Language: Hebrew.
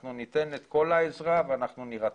אנחנו ניתן את כל העזרה ואנחנו נירתם,